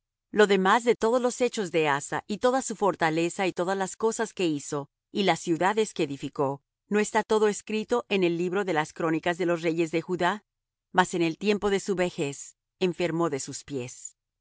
lo demás de todos los hechos de asa y toda su fortaleza y todas las cosas que hizo y las ciudades que edificó no está todo escrito en el libro de las crónicas de los reyes de judá mas en el tiempo de su vejez enfermó de sus pies